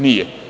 Nije.